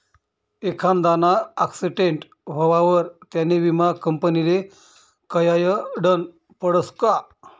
एखांदाना आक्सीटेंट व्हवावर त्यानी विमा कंपनीले कयायडनं पडसं का